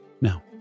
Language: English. Now